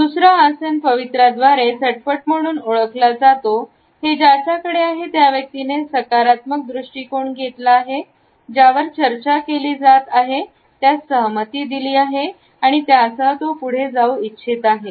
दुसरा आसन पवित्राद्वारे झटपट म्हणून ओळखला जातो हे ज्याच्याकडे आहे त्या व्यक्तीने सकारात्मक दृष्टिकोन घेतले आहे ज्यावर चर्चा केली जात आहे त्यास सहमती दिली आहे आणि त्यासह पुढे जाऊ इच्छित आहे